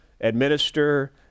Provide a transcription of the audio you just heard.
administer